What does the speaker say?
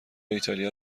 ایتالیا